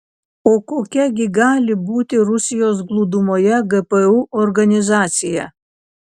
o kokia gi gali būti rusijos glūdumoje gpu organizacija